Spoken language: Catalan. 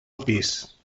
pis